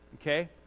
Okay